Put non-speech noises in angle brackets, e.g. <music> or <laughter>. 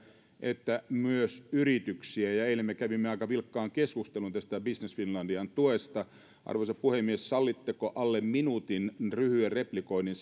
että myös yrityksiä ja eilen me kävimme aika vilkkaan keskustelun tästä business finlandin tuesta arvoisa puhemies sallitteko alle minuutin lyhyen replikoinnin <unintelligible>